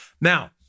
Now